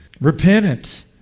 Repentance